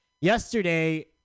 yesterday